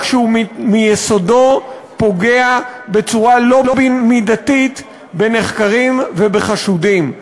שמיסודו פוגע בצורה לא מידתית בנחקרים ובחשודים.